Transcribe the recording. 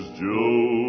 joe